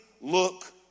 look